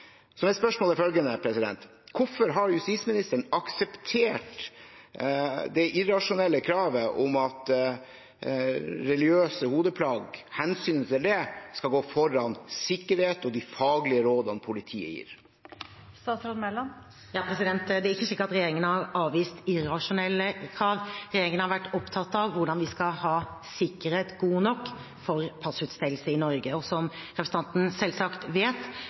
Så er spørsmålet følgende: Hvorfor har justisministeren akseptert det irrasjonelle kravet om at hensynet til religiøse hodeplagg skal gå foran sikkerhet og de faglige rådene politiet gir? Regjeringen har avvist irrasjonelle krav. Regjeringen har vært opptatt av hvordan vi skal ha god nok sikkerhet for passutstedelse i Norge. Og som representanten selvsagt vet,